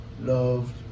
loved